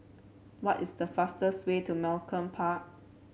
what is the fastest way to Malcolm Park